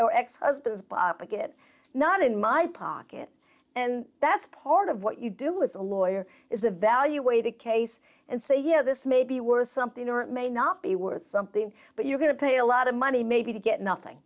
wives ex husbands bob pickett not in my pocket and that's part of what you do as a lawyer is a value way to case and say yeah this may be worth something or it may not be worth something but you're going to pay a lot of money maybe to get nothing